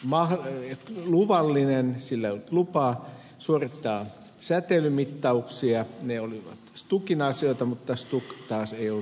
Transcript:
maa on luvallinen sillä lupaa suorittaa säteilymit tauksia ne olivat stukin asioita mutta stuk taas ei ollut niitä tehnyt